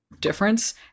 difference